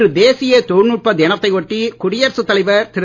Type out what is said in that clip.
இன்று தேசிய தொழில்நுட்ப தினத்தை ஒட்டி குடியரசு தலைவர் திரு